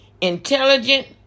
intelligent